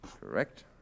Correct